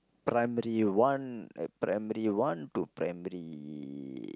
primary one uh primary one to primary